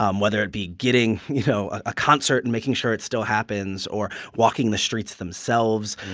um whether it be getting, you know, a concert and making sure it still happens or walking the streets themselves.